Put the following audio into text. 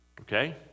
Okay